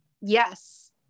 yes